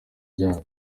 byanyu